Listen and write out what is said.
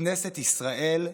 כנסת ישראל,